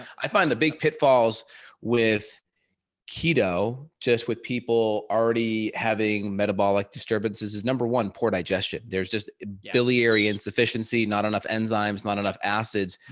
i find the big pitfalls with keto, just with people already having metabolic disturbances is number one, poor digestion. there's just biliary insufficiency, not enough enzymes, not enough acids.